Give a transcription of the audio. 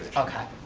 okay,